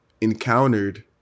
encountered